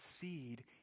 seed